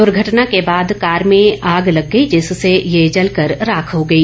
दुर्घटना के बाद कार में आग लग गई जिससे यह जलकर राख हो गई